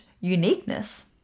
uniqueness